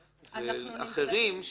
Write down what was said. ואחרים,